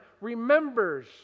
remembers